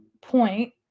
point